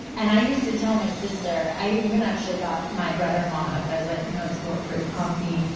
and i used to tell my sister. i even actually got my brother-in-law hooked. i was like, no, it's bulletproof coffee.